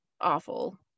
awful